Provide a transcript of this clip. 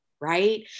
right